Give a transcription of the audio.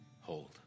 hold